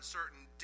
certain